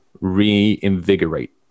reinvigorate